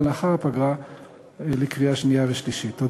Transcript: אם